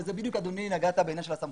נגעת בדיוק בעניין של הסמכויות.